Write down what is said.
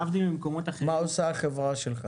להבדיל ממקומות אחרים --- מה עושה החברה שלך?